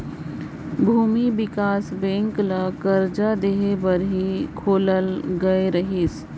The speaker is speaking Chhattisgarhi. भूमि बिकास बेंक ल करजा देहे बर ही खोलल गये रहीस